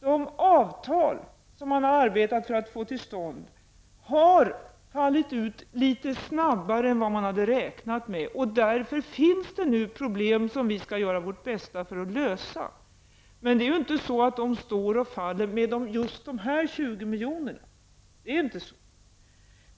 De avtal som man har arbetat för att få till stånd har fallit ut litet snabbare än vad man hade räknat med. Därför finns det nu problem som vi skall göra vårt bästa för att lösa. Men de står och faller inte med just dessa 20 miljoner. Det är inte så.